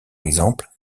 exemple